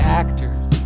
actors